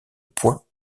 points